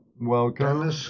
Welcome